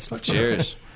Cheers